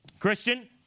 Christian